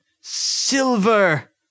silver